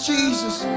Jesus